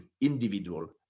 individual